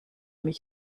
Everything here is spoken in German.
mich